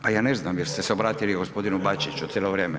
Pa ja ne znam jer ste se obratili gospodinu Bačiću cijelo vrijeme.